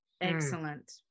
Excellent